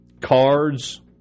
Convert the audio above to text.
cards